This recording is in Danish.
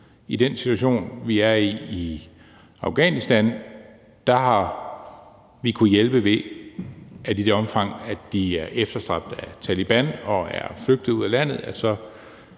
I den situation, vi er i i Afghanistan, har vi kunnet hjælpe, ved at i det omfang, de er efterstræbt af Taleban og er flygtet ud af landet,